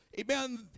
Amen